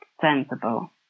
sensible